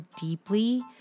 deeply